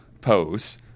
pose